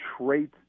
trait